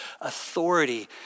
authority